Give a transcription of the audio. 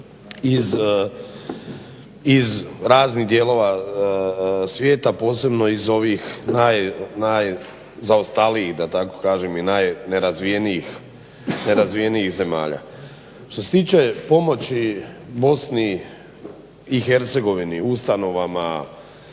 iz raznih dijelova svijeta, posebno iz ovih najzaostalijih, da tako kažem i najnerazvijenijih zemalja. Što se tiče pomoći Bosni i Hercegovini, ustanovama